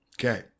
Okay